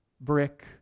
brick